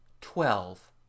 Twelve